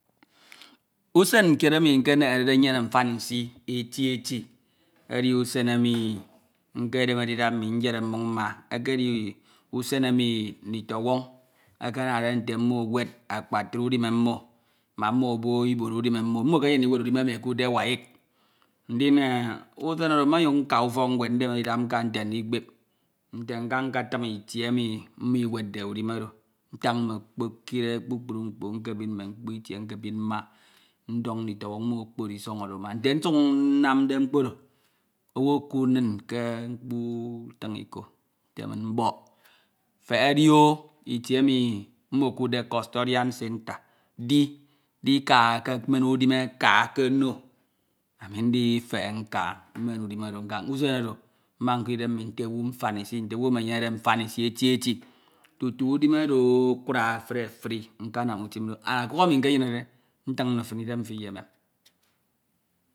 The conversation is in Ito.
Usen kiad emi nkenerede nyere mfan isi eti eti edi usen emi nkedemerede idap mmi nyene mmoñ mma, edi usen emi ndito ñwoñ udime mmo mak mma ebo iboro udime mmo. Mmo ekeyem ndiwed udime emi ekwudde WAEC. Ndin usen oro momyuñ nka ufok nwed ndemere idap nka nte andikpep nte nka nketim itie emi mmo iwedde udime oro. Ntan mme ekpekire kpukpru mkpo ma mkpo itie nkebin mma, ndoñ nditoñwọñ okpori isọñ oro amgi nte nsuk nnamde mkpo oro. owu ekuud inñ ke mkpo utin iko ete mbọk feke dioooo itie emi mmo ekuudde custodian centre, di dika kemen udime ka ke no. Ami ndifehe nka, mmen udime oro nka, ke usen oro mma nkud idem mmu nte owu mfanisi, nte owu enyenede mfanisi eti eti. Tutu udime oro akura efun efuri nkanam utim do ane ọkuk emi nkenyenede nti nno fin, idim mfo iyemem.